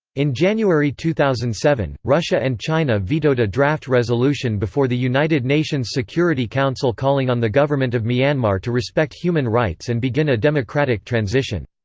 in january two thousand and seven, russia and china vetoed a draft resolution before the united nations security council calling on the government of myanmar to respect human rights and begin a democratic transition.